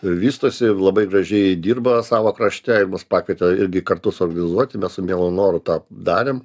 vystosi labai gražiai dirba savo krašte mus pakvietė irgi kartu suorganizuoti mes su mielu noru tą darėm